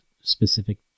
specific